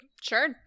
Sure